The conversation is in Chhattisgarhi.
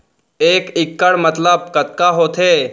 एक इक्कड़ मतलब कतका होथे?